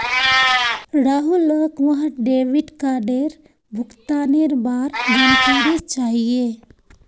राहुलक वहार डेबिट कार्डेर भुगतानेर बार जानकारी चाहिए